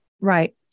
Right